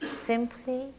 Simply